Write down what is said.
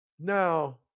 Now